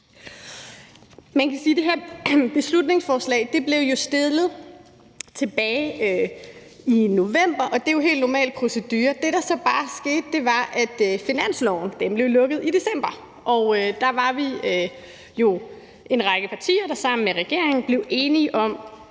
det her beslutningsforslag jo blev fremsat tilbage i november, og det er jo helt normal procedure, men det, der så bare skete, var, at finansloven blev lukket i december, og der var vi jo en række partier, der sammen med regeringen blev enige om